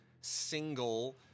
single